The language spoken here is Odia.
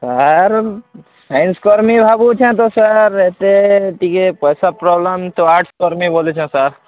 ଆର୍ ସାଇନ୍ସ କର୍ମି ଭାବୁଛେ କିନ୍ତୁ ସାର୍ ଏତେ ଟିକେ ପଇସା ପ୍ରୋବ୍ଲେମ୍ ତ ଆର୍ଟସ୍ କର୍ବି ବୋଲୁଛେ ସାର୍